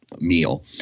meal